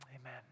Amen